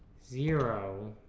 zero